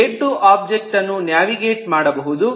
A two object ಅನ್ನು navigate ಮಾಡಬಹುದು